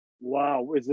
wow